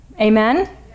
Amen